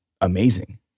amazing